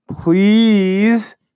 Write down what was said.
please